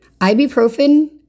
Ibuprofen